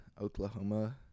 Oklahoma